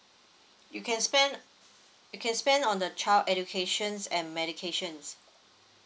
you can spend you can spend on the child educations and medications